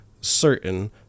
certain